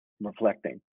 reflecting